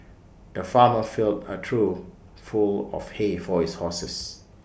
the farmer filled A true full of hay for his horses